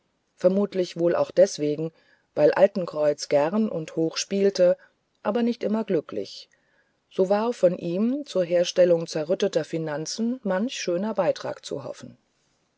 vermutlich wohl auch deswegen weil altenkreuz gern und hoch spielte aber nicht immer glücklich so war von ihm zur herstellung zerrütteter finanzen mancher schöne beitrag zu hoffen